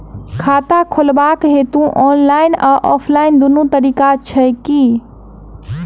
खाता खोलेबाक हेतु ऑनलाइन आ ऑफलाइन दुनू तरीका छै की?